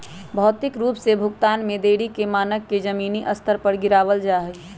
भौतिक रूप से भुगतान में देरी के मानक के जमीनी स्तर से गिरावल जा हई